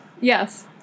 Yes